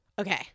okay